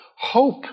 hope